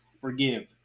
forgive